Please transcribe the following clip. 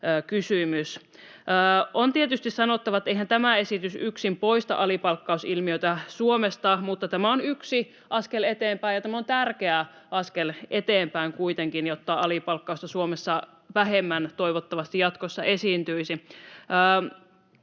On tietysti sanottava, että eihän tämä esitys yksin poista alipalkkausilmiötä Suomesta, mutta tämä on yksi askel eteenpäin ja tämä on kuitenkin tärkeä askel eteenpäin, jotta alipalkkausta Suomessa toivottavasti vähemmän jatkossa esiintyisi.